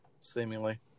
seemingly